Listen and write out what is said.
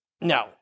No